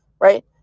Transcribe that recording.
right